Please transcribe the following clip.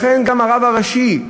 לכן גם הרב הראשי,